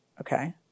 okay